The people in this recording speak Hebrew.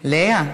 לאה.